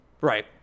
right